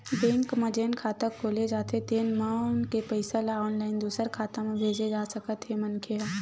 bank म जेन खाता खोले जाथे तेन म के पइसा ल ऑनलाईन दूसर खाता म भेजे जा सकथे मनखे ह